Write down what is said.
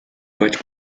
vaig